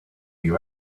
you